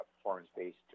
performance-based